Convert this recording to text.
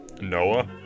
Noah